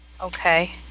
okay